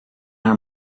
haar